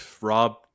Rob